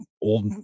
old